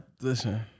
listen